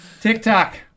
TikTok